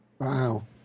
Wow